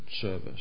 service